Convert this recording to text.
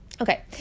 Okay